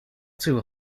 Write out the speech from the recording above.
toe